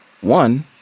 One